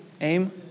AIM